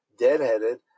deadheaded